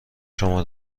شما